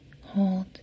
Hold